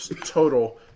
total